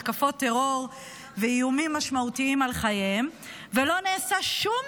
מתקפות טרור ואיומים משמעותיים על חייהם ולא נעשה שום